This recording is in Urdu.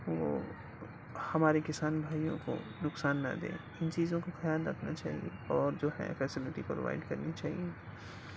وہ ہمارے کسان بھائیوں کو نقصان نہ دے ان چیزوں کو خیال رکھنا چاہیے اور جو ہے فیسلٹی پروائڈ کرنی چاہیے